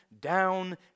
down